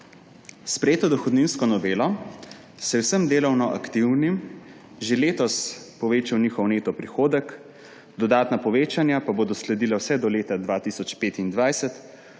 sprejeto dohodninsko novelo se je vsem delovnoaktivnim že letos povečal neto prihodek, dodatna povečanja pa bodo sledila vse do leta 2025,